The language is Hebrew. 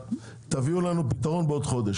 תביאו לנו בעוד חודש פתרון.